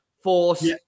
Force